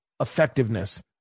effectiveness